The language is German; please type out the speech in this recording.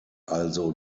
also